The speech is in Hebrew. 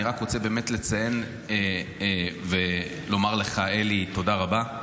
אני רק רוצה באמת לציין ולומר לך, אלי, תודה רבה.